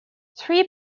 three